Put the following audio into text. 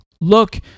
Look